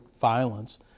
violence